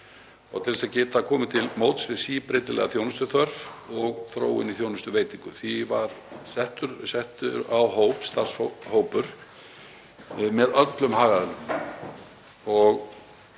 til þess að geta komið til móts við síbreytilega þjónustuþörf og þróun í þjónustuveitingu. Því var settur saman starfshópur með öllum hagaðilum